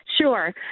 Sure